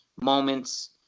moments